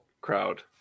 crowd